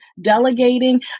delegating